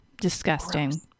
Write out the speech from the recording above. disgusting